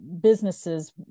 businesses